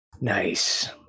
Nice